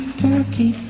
turkey